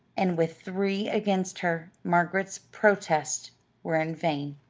and with three against her, margaret's protests were in vain.